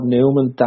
Newman